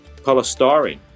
polystyrene